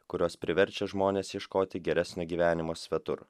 kurios priverčia žmones ieškoti geresnio gyvenimo svetur